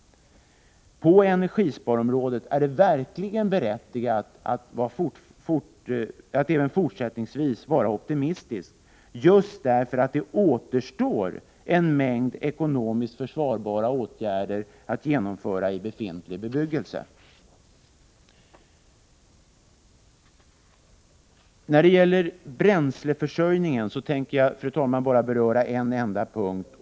På energisparområdet är det verkligen berättigat att även fortsättningsvis vara optimistisk just därför att det återstår en mängd ekonomiskt försvarbara åtgärder att genomföra i befintlig bebyggelse. När det gäller bränsleförsörjningen tänker jag, fru talman, bara beröra en enda punkt.